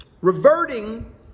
reverting